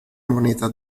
moneta